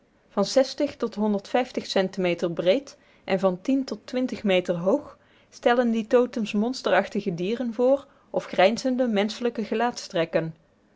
tot cente meter breed en van tot twintig meter hoog stellen die totems monsterachtige dieren voor